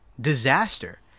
disaster